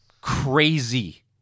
crazy